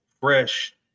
Fresh